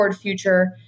future